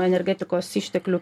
energetikos išteklių